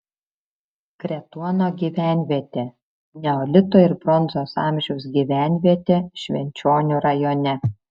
kretuono gyvenvietė neolito ir bronzos amžiaus gyvenvietė švenčionių rajone